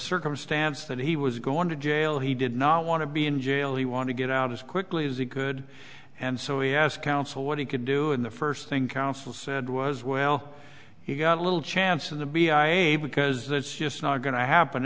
circumstance that he was going to jail he did not want to be in jail he want to get out as quickly as he could and so he asked counsel what he could do in the first thing counsel said was well he got a little chance in the b i a because that's just not going to happen